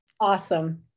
Awesome